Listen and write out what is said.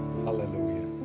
Hallelujah